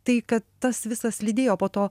tai kad tas visas lydėjo po to